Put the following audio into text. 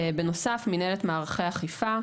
נוסף על כך, יש מנהלת מערכי אכיפה,